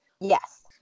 Yes